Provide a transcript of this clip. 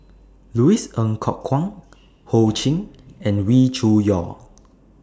Louis Ng Kok Kwang Ho Ching and Wee Cho Yaw